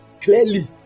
clearly